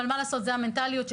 אבל זו המנטליות,